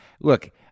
Look